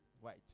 white